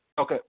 Okay